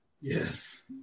Yes